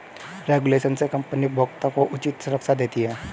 regulation से company उपभोक्ता को उचित सुरक्षा देती है